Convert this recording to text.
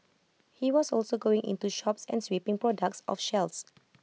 he was also going into shops and sweeping products off shelves